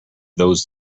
those